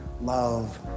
love